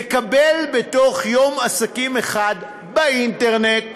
לקבל בתוך יום עסקים אחד, באינטרנט,